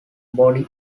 body